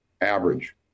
average